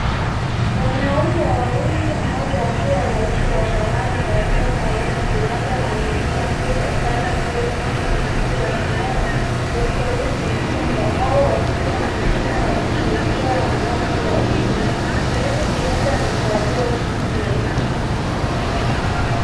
Wanaume wawili mmoja akiwa rais wa zamani wa Kenya Uhuru Kenyatta na mwingine akionekana kuwa jaji mkuu wa zamani, Dr Willi Mtunga au afisa mwingine wa kisheria wa ngazi ya juu. Uhuru Kenyatta amevalia suti nyeusi.